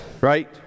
right